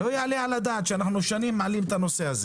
לא יעלה על הדעת שבמשך שנים אנחנו מעלים את הנושא הזה